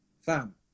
fam